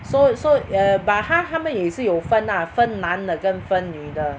so so err but 它它们也是有分 lah 分男的跟分女的